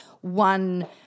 one